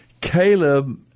Caleb